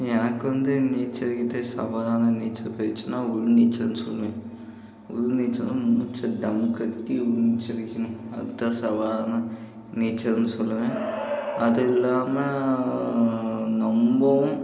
எனக்கு வந்து நீச்சல் கேத்த சவாலான நீச்சல் பயிற்சினால் உள்நீச்சல்னு சொல்லுவேன் உள்நீச்சலில் மூச்சை தம் கட்டி உள்நீச்சலடிக்கணும் அது தான் சவாலான நீச்சல்னு சொல்லுவேன் அது இல்லாமல் ரொம்பவும்